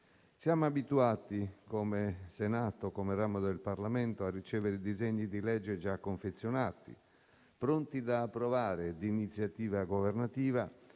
Siamo abituati, come Senato e come ramo del Parlamento, a ricevere disegni di legge già confezionati, pronti da approvare e di iniziativa governativa,